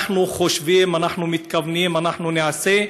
אנחנו חושבים, אנחנו מתכוונים, אנחנו נעשה,